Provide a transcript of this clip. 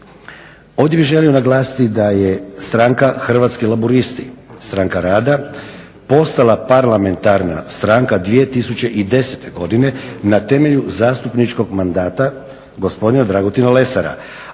Ovdje bih želio naglasiti da je stranka Hrvatski laburisti-Stranka rada postala parlamentarna stranka 2010. godine na temelju zastupničkog mandata gospodina Dragutina Lesara,